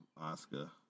Oscar